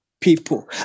people